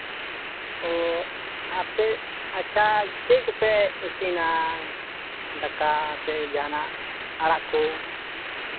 ᱚ ᱟᱯᱮ ᱟᱪᱪᱷᱟ ᱪᱮᱫ ᱠᱚᱯᱮ ᱤᱥᱤᱱᱟ ᱫᱟᱠᱟ ᱥᱮ ᱡᱟᱦᱟᱱᱟᱜ ᱟᱲᱟᱜ ᱠᱚ